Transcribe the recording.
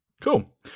Cool